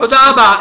תודה רבה.